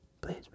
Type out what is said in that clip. Please